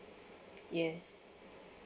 yes